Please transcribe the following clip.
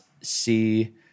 see